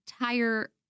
entire